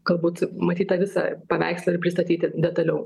galbūt matyt tą visą paveikslą ir pristatyti detaliau